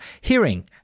hearing